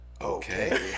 okay